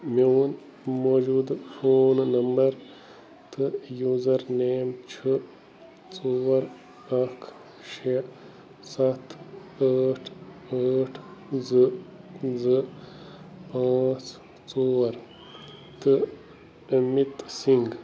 میٛون موٗجوٗدٕ phone number تہٕ یوٗزر نیم چھُ ژور اکھ شےٚ سَتھ ٲٹھ ٲٹھ زٕ زٕ پانٛژھ ژور تہٕ اَمِت سِنٛگھ